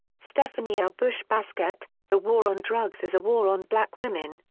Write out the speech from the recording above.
stephanie r. bush-baskette, the war on drugs as a war on black women,